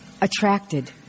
attracted